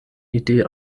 ideen